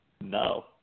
No